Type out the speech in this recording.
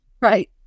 right